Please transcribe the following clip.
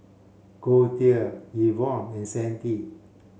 Goldia Yvonne and Sandy